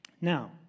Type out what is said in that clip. Now